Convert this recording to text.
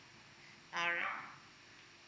alright